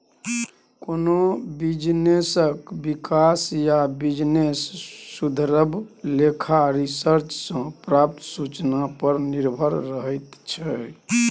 कोनो बिजनेसक बिकास या बिजनेस सुधरब लेखा रिसर्च सँ प्राप्त सुचना पर निर्भर रहैत छै